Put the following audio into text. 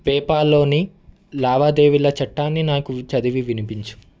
పేపాల్లోని లావాదేవీల చట్టాన్ని నాకు చదివి వినిపించు